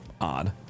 odd